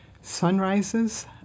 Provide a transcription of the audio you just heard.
sunrises